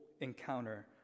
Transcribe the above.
encounter